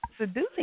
seducing